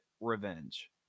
revenge